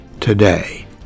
today